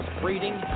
breeding